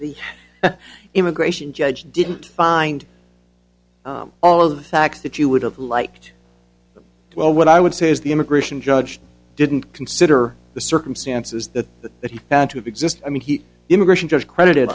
the immigration judge didn't find all of the facts that you would have liked well what i would say is the immigration judge didn't consider the circumstances that the that he found to exist i mean he the immigration judge credited